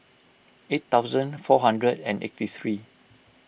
eight thousand four hundred and eighty three